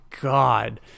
god